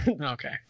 okay